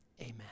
amen